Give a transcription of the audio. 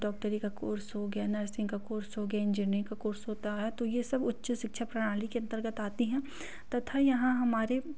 डॉक्टरी का कोर्स हो गया नर्सिंग का कोर्स हो गया इंजीनियरिंग का कोर्स होता है तो ये सब उच्च शिक्षा प्रणाली के अंतर्गत आती हैं तथा यहाँ हमारे